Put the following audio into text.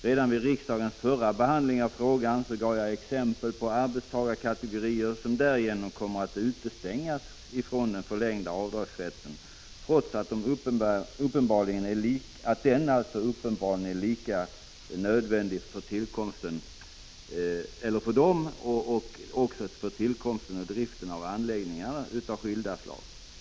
Redan när riksdagen förra gången behandlade frågan gav jag exempel på arbetstagarkategorier som därigenom kommer att utestängas från den förlängda avdragsrätten, trots att denna uppenbarligen är lika nödvändig för dem och för tillkomsten och driften av anläggningar av skilda slag.